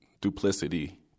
duplicity